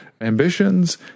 ambitions